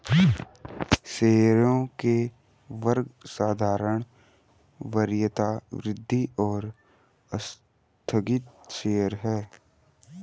शेयरों के वर्ग साधारण, वरीयता, वृद्धि और आस्थगित शेयर हैं